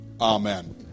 Amen